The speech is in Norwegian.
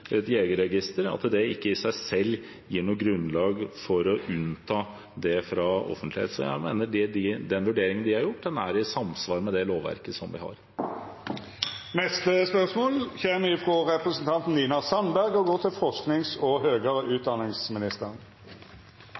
jegerregister – ikke i seg selv gir noe grunnlag for å unnta det fra offentlighet. Så jeg mener den vurderingen de har gjort, er i samsvar med det lovverket som vi har. Jeg har skjønt at man skal gå rett på spørsmålet, så da gjør jeg det og